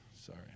Sorry